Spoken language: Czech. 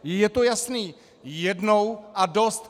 Je to jasné jednou a dost!